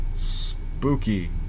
Spooky